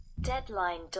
Deadline